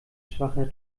schwacher